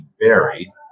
buried